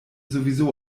sowieso